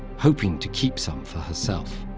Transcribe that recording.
hoping to keep some for herself.